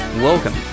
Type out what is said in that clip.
Welcome